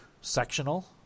sectional